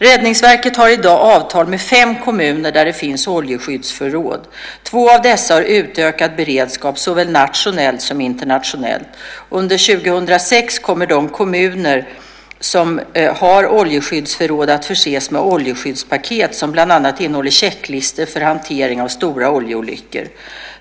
Räddningsverket har i dag avtal med fem kommuner där det finns oljeskyddsförråd. Två av dessa har utökad beredskap, såväl nationellt som internationellt. Under 2006 kommer de kommuner som har oljeskyddsförråd att förses med ett "oljeskyddspaket" som bland annat innehåller checklistor för hantering av stora oljeolyckor.